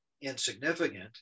insignificant